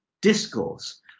discourse